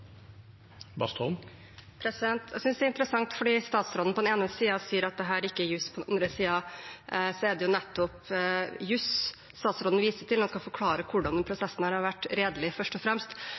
Jeg synes det er interessant fordi statsråden på den ene siden sier at dette ikke er juss, men på den andre siden er det jo nettopp juss statsråden viser til når han skal forklare hvordan denne prosessen har vært redelig, først og fremst.